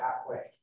halfway